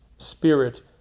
Spirit